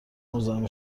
مزاحم